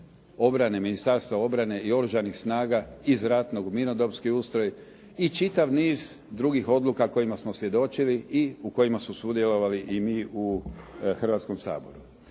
obrane Ministarstva obrane i Oružanih snaga iz ratnog u mirnodopski ustroj i čitav niz drugih odluka kojima smo svjedočili i u kojima smo sudjelovali i mi u Hrvatskom saboru.